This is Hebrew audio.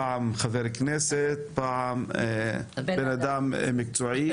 פעם חבר כנסת ופעם אדם מקצועי.